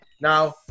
Now